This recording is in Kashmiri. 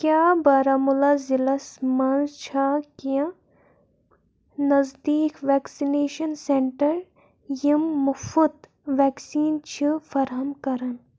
کیٛاہ بارہَمولہ ضلعس مَنٛز چھا کیٚنٛہہ نزدیٖک وٮ۪کسِنیشن سینٹر یِم مُفٕط وٮ۪کسیٖن چھِ فراہَم کران